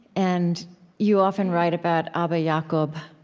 and you often write about abba yeah ah jacob,